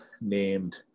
named